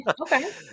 Okay